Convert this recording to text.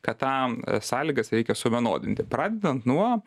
kad tą sąlygas reikia suvienodinti pradedant nuo